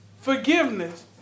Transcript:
forgiveness